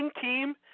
team